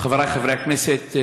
חבריי חברי הכנסת,